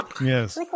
Yes